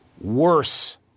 Worse